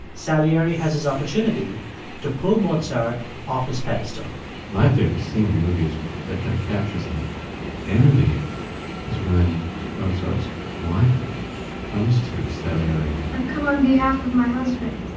salieri has his opportunity to pull mozart off his pedestal my favorite scene in the movie is that kind of captures the envy is when mozart's wife comes to salieri i've come on behalf of my husband.